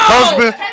Husband